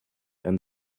and